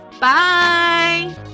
Bye